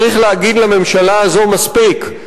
צריך להגיד ממשלה הזו: מספיק,